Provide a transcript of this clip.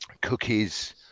Cookies